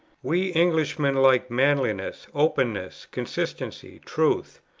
we englishmen like manliness, openness, consistency, truth.